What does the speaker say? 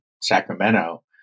Sacramento